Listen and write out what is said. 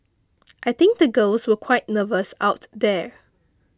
I think the girls were quite nervous out there